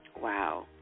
Wow